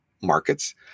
markets